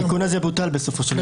מה טוב,